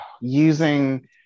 using